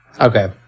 Okay